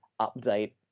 update